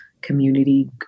community